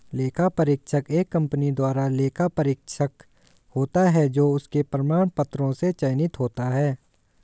लेखा परीक्षक एक कंपनी द्वारा लेखा परीक्षक होता है जो उसके प्रमाण पत्रों से चयनित होता है